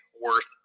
worth